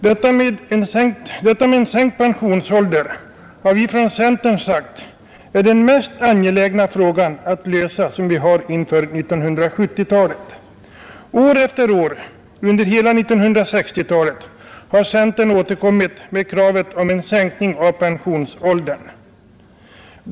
Detta med en sänkt pensionsålder, har vi från centern sagt, är den mest angelägna fråga som vi har att lösa inför 1970-talet. År efter år under hela 1960-talet har centern återkommit med krav på en sänkning av pensionsåldern.